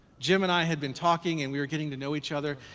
jim and i had been talking and we were getting to know each other,